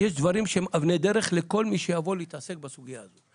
יש דברים שהם אבני דרך לכל מי שיבוא להתעסק בסוגיה הזו.